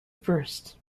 first